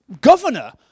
governor